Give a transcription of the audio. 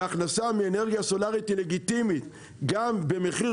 והכנסה מאנרגיה סולארית היא לגיטימית; גם במחיר